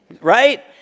Right